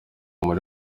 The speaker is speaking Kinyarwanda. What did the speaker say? muri